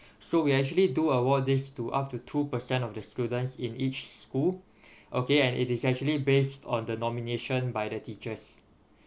so we actually do award this to up to two per cent of the students in each school okay and it is actually based on the nomination by the teachers